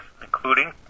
including